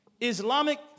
Islamic